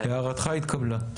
הערתך התקבלה.